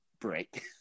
break